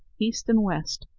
east, and west.